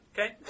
Okay